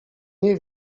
nie